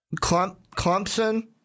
Clemson